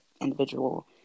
individual